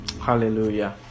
Hallelujah